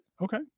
Okay